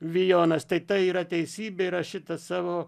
vijonas tai tai yra teisybė ir aš šitą savo